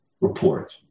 report